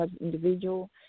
individual